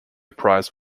prize